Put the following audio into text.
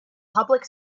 public